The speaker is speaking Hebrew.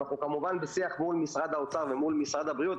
אנחנו כמובן בשיח מול משרד האוצר ומול משרד הבריאות,